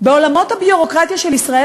בעולמות הביורוקרטיה של ישראל,